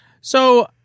So-